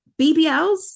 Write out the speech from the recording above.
BBLs